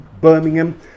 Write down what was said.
Birmingham